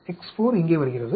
X4 இங்கே வருகிறது